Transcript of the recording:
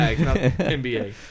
nba